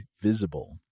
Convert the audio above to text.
Visible